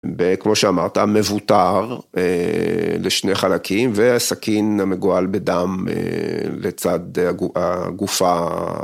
וכמו שאמרת, מבוטר לשני חלקים וסכין המגואל בדם לצד הגופה.